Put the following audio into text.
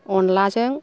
अनलाजों